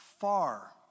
far